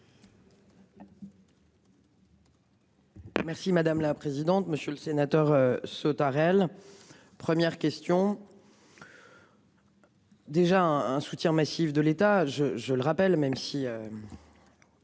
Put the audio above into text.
Merci madame la présidente, monsieur le sénateur Sautarel. Première question. Déjà un, un soutien massif de l'État. Je, je le rappelle, même si.